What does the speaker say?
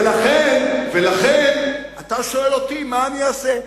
ולכן, אתה שואל אותי מה אני אעשה?